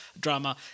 drama